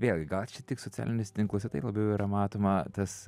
vėlgi gal čia tik socialinis tinklas ir taip labiau yra matoma tas